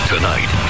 Tonight